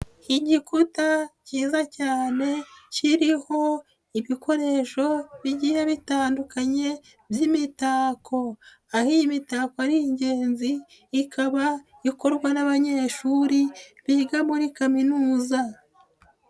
Igikuta kiza cyane, kiriho ibikoresho bigiye bitandukanye by'imitako. Aho iyi mitako ari ingenzi, ikaba ikorwa n'abanyeshuri biga muri Kaminuza.